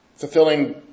Fulfilling